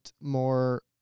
more